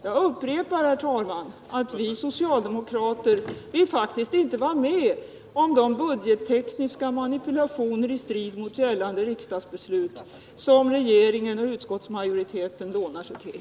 Jag upprepar, herr talman, att vi socialdemokrater faktiskt inte vill vara med om de budgettekniska manipulationer i strid mot gällande riksdagsbeslut som regeringen och utskottsmajoriteten lånar sig till.